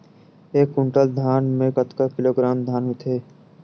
एक कुंटल धान में कतका किलोग्राम धान होथे?